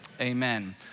amen